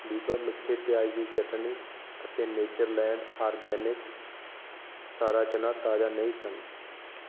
ਵੀਬਾ ਮਿੱਠੇ ਪਿਆਜ਼ ਦੀ ਚਟਣੀ ਅਤੇ ਨੇਚਰਲੈਂਡ ਆਰਗੈਨਿਕਸ ਸਾਰਾ ਚਨਾ ਤਾਜ਼ਾ ਨਹੀਂ ਸਨ